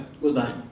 goodbye